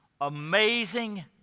Amazing